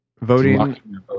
voting